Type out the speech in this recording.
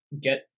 get